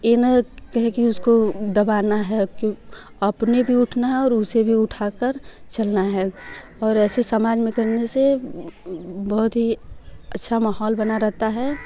ये ना कहें कि उसको दबाना है क्यों अपने भी उठाना है और उसे भी उठा कर चलना है और ऐसे समाज में करने से बहुत ही अच्छा माहौल बना रहता है